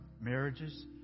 marriages